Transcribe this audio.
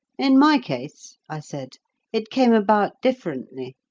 in my case, i said it came about differently.